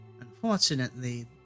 unfortunately